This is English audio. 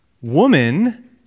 woman